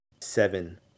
seven